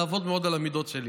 לעבוד מאוד על המידות שלי.